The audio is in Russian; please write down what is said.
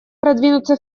продвинуться